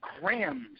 grams